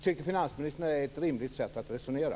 Tycker finansministern att detta är ett rimligt sätt att resonera?